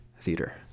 Theater